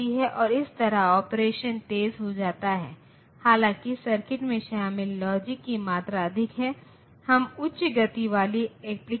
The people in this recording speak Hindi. इसलिए अनुमत अंक केवल 0 और 1 हैं लेकिन यहां मैं अंक 4 और 9 का उपयोग कर रहा हूं